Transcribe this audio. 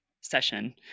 session